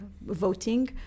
voting